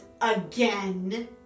AGAIN